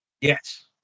Yes